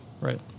Right